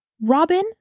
robin